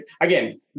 again